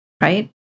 right